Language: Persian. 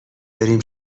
بریم